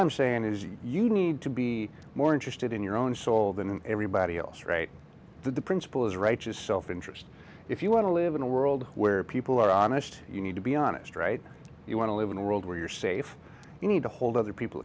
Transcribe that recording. i'm saying is you need to be more interested in your own soul than everybody else right the principle is righteous self interest if you want to live in a world where people are honest you need to be honest right you want to live in a world where you're safe you need to hold other people